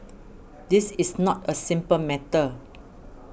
this is not a simple matter